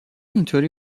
اینطوری